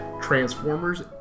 Transformers